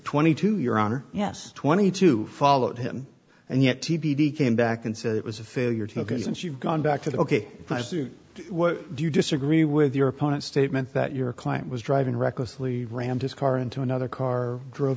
twenty to your honor yes twenty two followed him and yet t b d came back and said it was a failure to look at since you've gone back to the ok my suit what do you disagree with your opponent statement that your client was driving recklessly rammed his car into another car drove